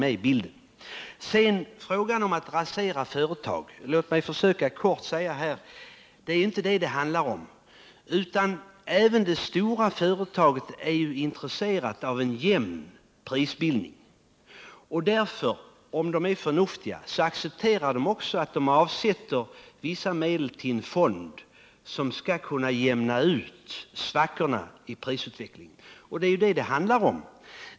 Låt mig också kortfattat kommentera Eric Holmqvists tal om att man genom detta raserar företag. Det handlar inte om att rasera företag. Även de stora företagen är ju intresserade av en jämn prisbildning, och därför accepterar de också, om de är förnuftiga, att de måste avsätta vissa medel till en fond som skall kunna jämna ut svackorna i prisutvecklingen.